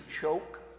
choke